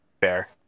Fair